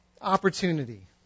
opportunity